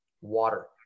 water